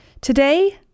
Today